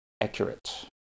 accurate